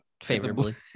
favorably